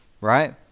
right